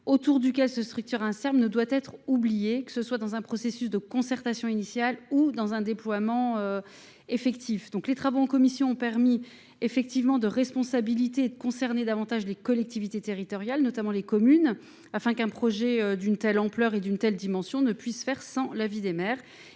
autour duquel se structure interne ne doit être oubliée, que ce soit dans un processus de concertation initiale ou dans un déploiement. Affectif Tif Les travaux en commission ont permis effectivement de responsabiliser et de concerner davantage les collectivités territoriales, notamment les communes affin, qu'un projet d'une telle ampleur et d'une telle dimension ne puisse faire sans l'avis des maires